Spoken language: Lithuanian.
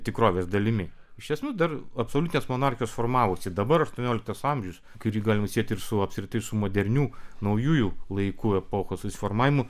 tikrovės dalimi iš esmės dar absoliutinės monarchijos formavosi dabar aštuonioliktas amžius kurį galim sieti su apskritai su modernių naujųjų laikų epochos susiformavimu